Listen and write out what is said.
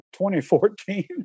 2014